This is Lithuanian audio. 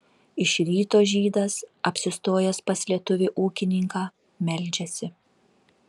iš ryto žydas apsistojęs pas lietuvį ūkininką meldžiasi